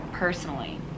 Personally